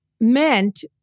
Meant